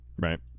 Right